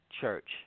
church